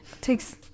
takes